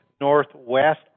northwest